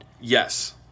Yes